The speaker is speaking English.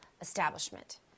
establishment